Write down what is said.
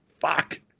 fuck